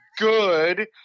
good